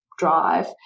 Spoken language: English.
drive